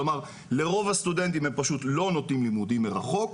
כלומר לרוב הסטודנטים הם פשוט לא נותנים לימודים מרחוק,